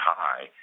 high